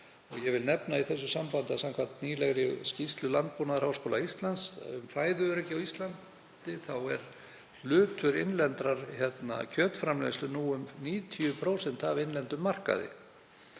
Ég vil nefna í þessu sambandi að samkvæmt nýlegri skýrslu Landbúnaðarháskóla Íslands um fæðuöryggi á Íslandi er hlutur innlendrar kjötframleiðslu nú um 90% af innlendum markaði.